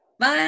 Bye